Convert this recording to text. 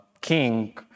King